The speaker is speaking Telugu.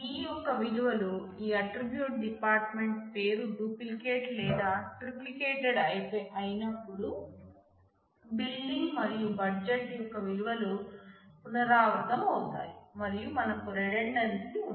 ఈ కీ యొక్క విలువలు ఈ ఆట్రిబ్యూట్ డిపార్ట్ మెంట్ పేరు డూప్లికేట్ లేదా ట్రిప్లికేటెడ్ అయినప్పుడు బిల్డింగ్ మరియు బడ్జెట్ యొక్క విలువలు పునరావృతం అవుతాయి మరియు మనకు రిడండ్న్సీ ఉంటుంది